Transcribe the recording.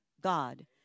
God